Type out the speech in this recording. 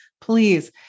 Please